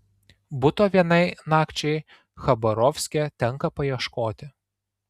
buto vienai nakčiai chabarovske tenka paieškoti